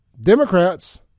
Democrats